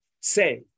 Say